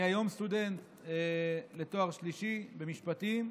אני היום סטודנט לתואר שלישי במשפטים.